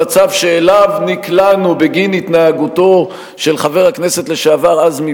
המצב שאליו נקלענו בגין התנהגותו של חבר הכנסת לשעבר עזמי